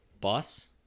Bus